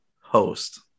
host